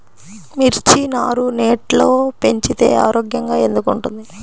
మిర్చి నారు నెట్లో పెంచితే ఆరోగ్యంగా ఎందుకు ఉంటుంది?